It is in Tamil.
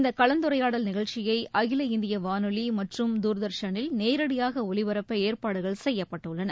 இந்த கலந்துரையாடல் நிகழ்ச்சியை அகில இந்திய வானொலி மற்றும் தூர்தர்ஷனில் நேரடியாக ஒலிபரப்ப ஏற்பாடுகள் செய்யப்பட்டுள்ளன